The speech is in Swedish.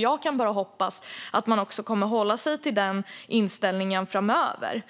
Jag kan bara hoppas att man kommer att hålla sig till den inställningen framöver.